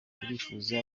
turifuza